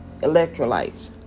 electrolytes